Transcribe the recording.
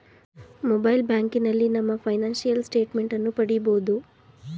mobile ಬ್ಯಾಂಕಿನಲ್ಲಿ ನಮ್ಮ financial statement ಅನ್ನು ಪಡಿಬೋದು